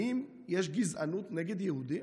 האם יש גזענות נגד יהודים?